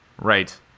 Right